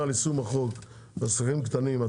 ליישום החוק תיתנו קודם התראות לעסקים קטנים.